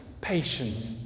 patience